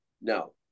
No